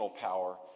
power